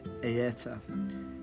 Aeta